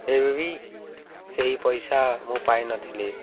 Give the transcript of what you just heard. ଏବେବି ସେହି ପଇସା ମୁଁ ପାଇନଥିଲି